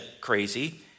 crazy